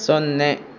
ಸೊನ್ನೆ